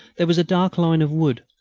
there was a dark line of wood,